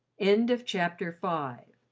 end of chapter five